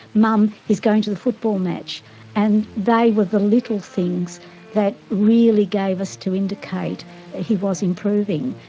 mum, he's going to the football match and they were the little things that really gave us to indicate he was improving.